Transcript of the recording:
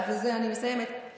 ובזה אני מסיימת,